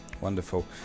Wonderful